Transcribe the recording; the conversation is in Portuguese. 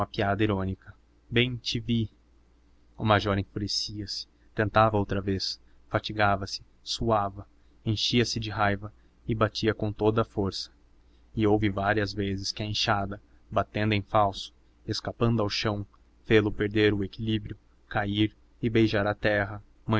irônica bem te vi o major enfurecia se tentava outra vez fatigava se suava enchia se de raiva e batia com toda a força e houve várias vezes que a enxada batendo em falso escapando ao chão fê-lo perder o equilíbrio cair a beijar a terra